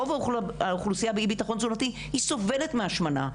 רוב האוכלוסייה באי ביטחון תזונתי היא סובלת מהשמנה,